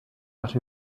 out